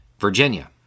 Virginia